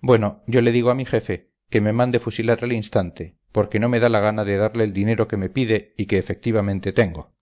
bueno yo le digo a mi jefe que me mande fusilar al instante porque no me da la gana de darle el dinero que me pide y que efectivamente tengo